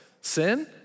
sin